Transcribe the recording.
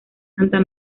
santa